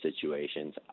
situations